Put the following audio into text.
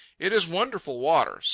it is wonderful water,